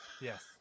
Yes